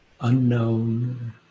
unknown